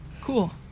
cool